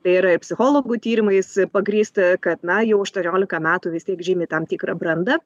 tai yra ir psichologų tyrimais pagrįsta kad na jau aštuoniolika metų vistiek žymi tam tikrą brandą